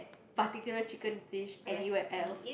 particular chicken dish anywhere else